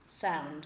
sound